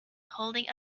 holding